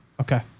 Okay